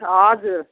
हजुर